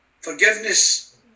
Forgiveness